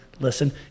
listen